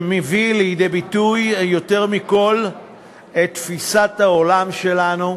שמביא לידי ביטוי יותר מכול את תפיסת העולם שלנו.